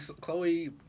Chloe